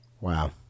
Wow